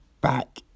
back